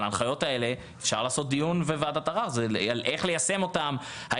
על ההנחיות האלה אפשר לעשות דיון וועדת ערר על איך ליישם אותן:,